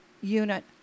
unit